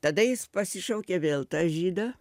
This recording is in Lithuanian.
tada jis pasišaukė vėl tą žydą